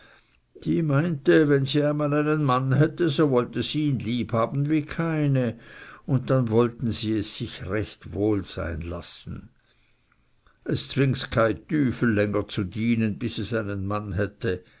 die meinte wenn sie einmal einen mann hätte so wollte sie ihn lieb haben wie keine und dann wollten sie es sich recht wohl sein lassen es zwings kei tüfel länger zu dienen bis es einen mann hätte